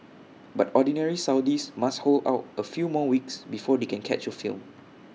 but Ordinary Saudis must hold out A few more weeks before they can catch A film